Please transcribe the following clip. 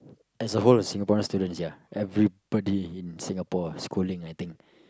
as a whole Singaporeans students ya everybody in Singapore schooling I think